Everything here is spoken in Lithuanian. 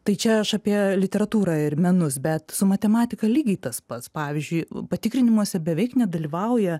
tai čia aš apie literatūrą ir menus bet su matematika lygiai tas pats pavyzdžiui patikrinimuose beveik nedalyvauja